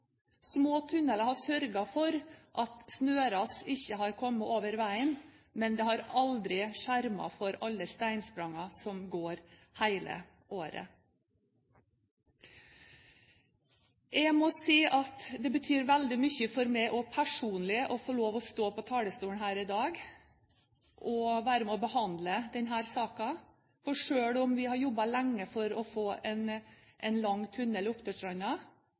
for at snøras ikke har kommet over veien, men de har aldri skjermet for alle steinsprangene som går hele året. Jeg må si at det betyr veldig mye for meg personlig å få lov til å stå her på talerstolen i dag og være med på å behandle denne saken. For selv om vi har jobbet lenge for å få en lang tunnel på Oppdølstranda,